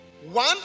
One